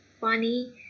funny